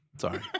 Sorry